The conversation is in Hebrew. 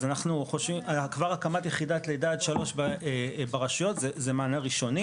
אז אנחנו חושבים שכבר הקמת יחידה לידה עד שלוש זה מענה ראשוני.